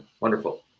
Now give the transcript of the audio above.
wonderful